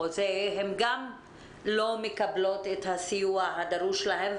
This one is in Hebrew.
הן גם לא מקבלות את הסיוע הדרוש להן,